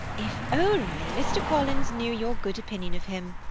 if only mr. collins knew your good opinion of him!